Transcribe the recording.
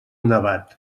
nevat